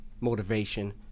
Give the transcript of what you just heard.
motivation